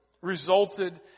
resulted